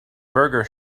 burger